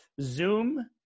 zoom